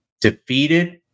defeated